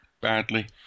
Badly